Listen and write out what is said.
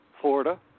Florida